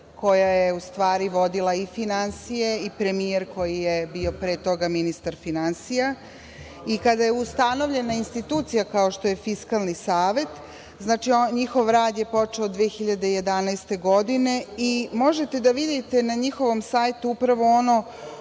koja je u stvari vodila i finansije, i premijer koji je bio pre toga ministar finansija, i kada je ustanovljeno institucija kao što je Fiskalni savet. Znači, njihov rad je počeo 2011. godine. Možete da vidite na njihovom sajtu upravo ono